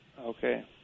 Okay